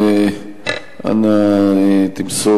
אנא תמסור,